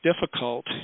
difficult